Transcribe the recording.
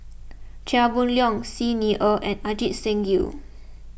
Chia Boon Leong Xi Ni Er and Ajit Singh Gill